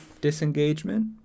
disengagement